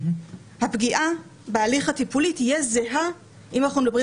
הפגיעה בהליך הטיפולי תהיה זהה אם אנחנו מדברים